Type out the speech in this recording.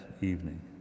evening